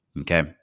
Okay